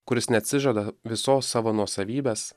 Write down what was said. kuris neatsižada visos savo nuosavybės